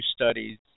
Studies